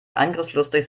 angriffslustig